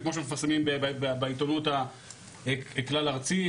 וכמו שמפרסמים בעיתונות הכלל ארצית,